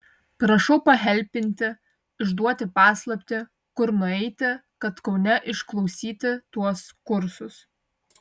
prašau pahelpinti išduoti paslaptį kur nueiti kad kaune išklausyti tuos kursus